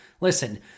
Listen